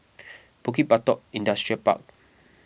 Bukit Batok Industrial Park